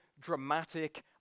dramatic